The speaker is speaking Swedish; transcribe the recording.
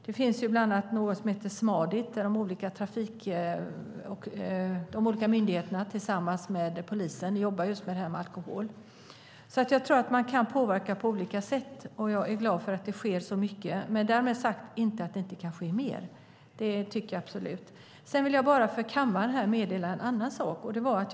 Det finns bland annat något som heter Smadit där de olika myndigheterna tillsammans med polisen jobbar med just alkohol. Jag tror att man kan påverka på olika sätt, och jag är glad att det sker så mycket. Därmed är inte sagt att det inte kan ske mer. Det tycker jag absolut att det kan. Jag vill meddela en annan sak för kammaren.